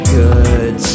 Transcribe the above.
good